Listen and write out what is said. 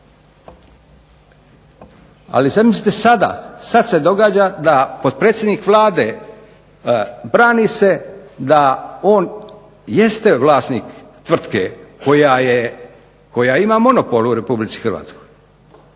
Ali, zamislite sada, sad se događa da potpredsjednik Vlade brani se da on jeste vlasnik tvrtke koja ima monopol u RH i još